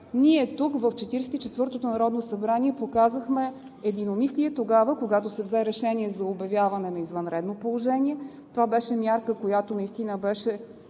и четвъртото народно събрание, показахме единомислие тогава, когато се взе решение за обявяване на извънредно положение. Това беше мярка, която наистина беше